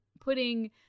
putting